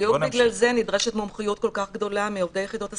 בדיוק בגלל זה נדרשת מומחיות כל כך גדולה מעובדי יחידות הסיוע,